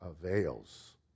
avails